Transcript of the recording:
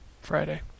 Friday